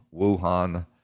Wuhan